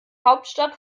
hauptstadt